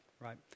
right